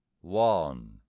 One